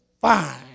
fine